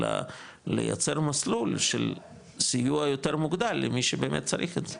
אלא לייצר מסלול של סיוע יותר מוגדל למי שבאמת צריך את זה